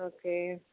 okay